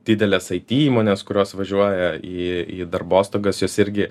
didelės it įmonės kurios važiuoja į į darbostogas jos irgi